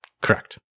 Correct